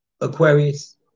Aquarius